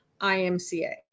IMCA